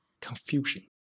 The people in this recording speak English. confusion